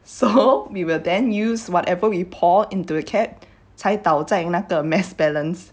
so we will then use whatever we pour into a cap 才倒在那个 mass balance